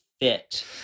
fit